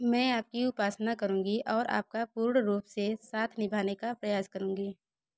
मैं आपकी उपासना करुँगी और आपका पूर्ण रूप से साथ निभाने का प्रयास करुँगी